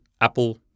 Apple